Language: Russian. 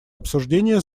обсуждения